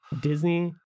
Disney